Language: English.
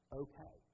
okay